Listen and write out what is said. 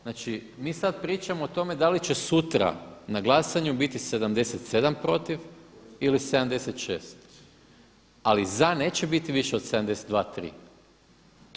Znači mi sad pričamo o tome da li će sutra na glasanju biti 77 protiv ili 76, ali za neće biti više od 72, tri.